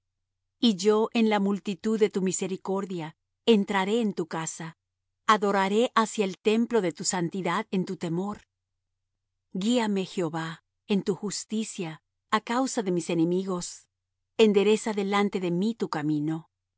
y yo en la multitud de tu misericordia entraré en tu casa adoraré hacia el templo de tu santidad en tu temor guíame jehová en tu justicia á causa de mis enemigos endereza delante de mí tu camino